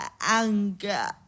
anger